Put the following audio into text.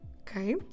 Okay